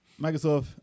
Microsoft